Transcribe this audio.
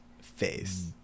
face